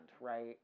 right